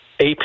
AP